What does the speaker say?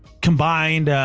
combined,